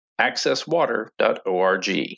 accesswater.org